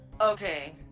Okay